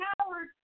Howard